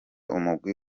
umugwi